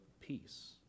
peace